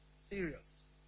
Serious